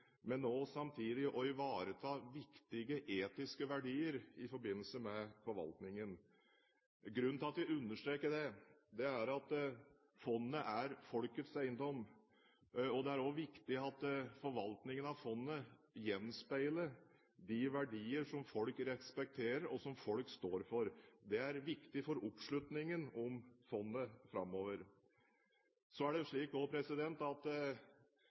og samtidig ivareta viktige etiske verdier i forbindelse med forvaltningen. Grunnen til at jeg understreker det, er at fondet er folkets eiendom, og det er også viktig at forvaltningen av fondet gjenspeiler de verdier som folk respekterer, og som folk står for. Det er viktig for oppslutningen om fondet framover. Så er det også slik at forvaltningen av fondet og